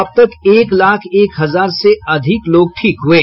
अब तक एक लाख एक हजार से अधिक लोग ठीक हुये